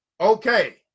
okay